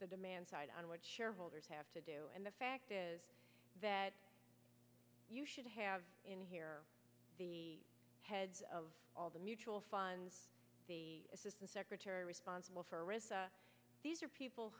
the demand side on what shareholders have to do and the fact that you should have in here the heads of all the mutual funds the assistant secretary responsible for risk these are people